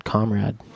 Comrade